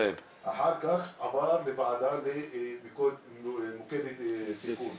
ואחר-כך הוא עבר לוועדה למיקוד סיכון.